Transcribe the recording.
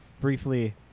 briefly